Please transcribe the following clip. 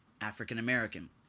African-American